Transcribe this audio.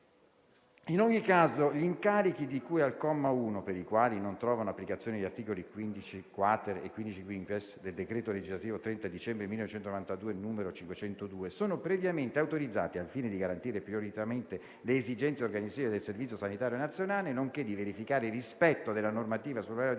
In ogni caso gli incarichi di cui al comma 1, per i quali non trovano applicazione gli articoli 15-*quater* e 15-*quinquies* del decreto legislativo 30 dicembre 1192, n. 502, sono previamente autorizzati, al fine di garantire prioritariamente le esigenze organizzative del Servizio sanitario nazionale, nonché di verificare il rispetto della normativa sull'orario di lavoro,